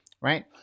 Right